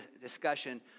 discussion